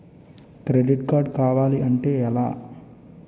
Credit card కావాలి అంటే ఎలా?